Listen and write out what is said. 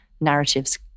narratives